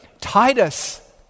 Titus